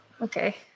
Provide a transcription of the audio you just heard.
Okay